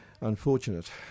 unfortunate